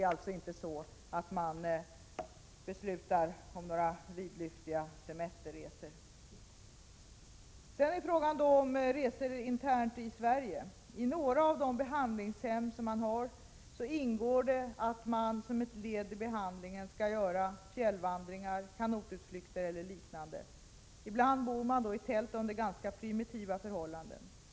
Man beslutar inte om några vidlyftiga semesterresor. Sedan gällde det frågan om resor internt i Sverige. Vid några av de behandlingshem som finns ingår det som ett led i behandlingen att man skall göra fjällvandringar, kanotutflykter eller liknande. Ibland bor man i tält under ganska primitiva förhållanden.